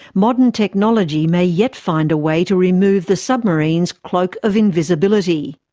modern technology may yet find a way to remove the submarine's cloak of invisibility.